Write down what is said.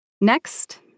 Next